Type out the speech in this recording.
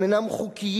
הם אינם חוקיים.